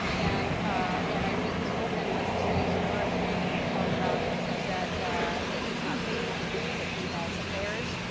and and i read this book, and like you say, it's your experience. but you talk about that that he was not faithful to you, that he had affairs.